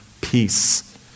peace